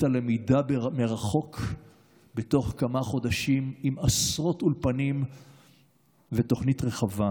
הלמידה מרחוק בתוך כמה חודשים עם עשרות אולפנים ותוכנית רחבה.